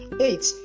eight